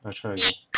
I try again